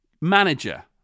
Manager